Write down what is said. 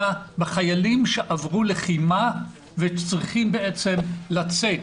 אלא בחיילים שעברו לחימה וצריכים לצאת